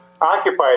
occupied